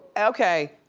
okay,